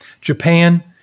Japan